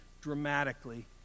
dramatically